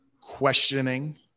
questioning